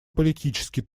политический